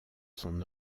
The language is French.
son